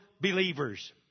believers